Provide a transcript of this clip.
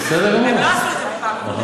הם לא עשו את זה בפעם הקודמת.